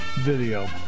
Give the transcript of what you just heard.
video